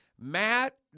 Matt